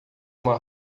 uma